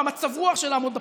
במצב רוח של לעמוד בפקקים.